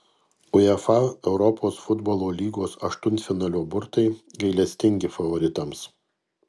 uefa europos futbolo lygos aštuntfinalio burtai gailestingi favoritams